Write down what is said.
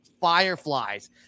Fireflies